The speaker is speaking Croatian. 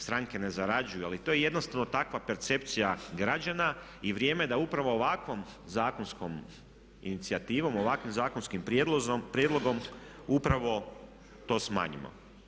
Stranke ne zarađuju ali to je jednostavno takva percepcija građana i vrijeme je da upravo ovakvom zakonskom inicijativom, ovakvim zakonskim prijedlogom upravo to smanjimo.